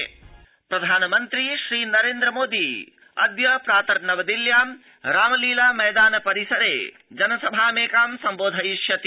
प्रधानमन्त्रीजनसभा प्रधानमन्त्री श्रीनरेन्द्र मोदी अद्य प्रात नवदिल्ल्यां रामलीला मैदान परिसरे जनसभामेकां सम्बोधयिष्यति